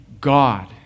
God